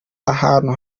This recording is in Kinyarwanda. ahantu